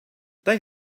they